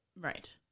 Right